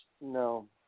no